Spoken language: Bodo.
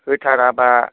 होथाराब्ला